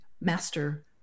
master